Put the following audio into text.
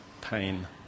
pain